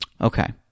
Okay